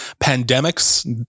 pandemics